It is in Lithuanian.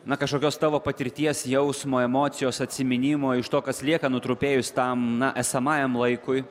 na kažkokios tavo patirties jausmo emocijos atsiminimo iš to kas lieka nutrupėjus tam na esamajam laikui